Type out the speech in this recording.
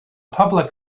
public